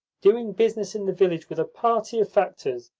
doing business in the village with a party of factors,